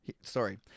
Sorry